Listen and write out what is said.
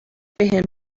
بهم